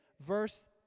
Verse